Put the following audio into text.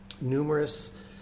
numerous